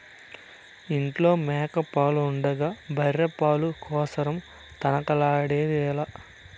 ఇంట్ల మేక పాలు ఉండగా బర్రె పాల కోసరం తనకలాడెదవేల